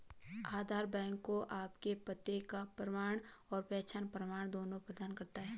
आधार bank को आपके पते का प्रमाण और पहचान प्रमाण दोनों प्रदान करता है